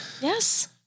Yes